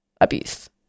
abuse